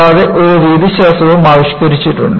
കൂടാതെ ഒരു രീതിശാസ്ത്രവും ആവിഷ്കരിച്ചിട്ടുണ്ട്